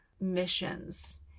Missions